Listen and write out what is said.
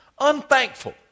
Unthankful